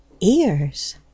Ears